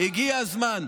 הגיע הזמן,